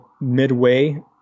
midway